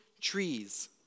trees